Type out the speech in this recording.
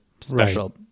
special